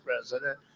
president